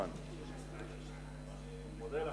אני מודה לך.